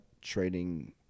trading